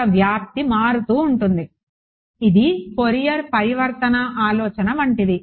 ఇక్కడ వ్యాప్తి మారుతూ ఉంటుంది ఇది ఫోరియర్ పరివర్తన ఆలోచన వంటిది